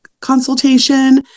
consultation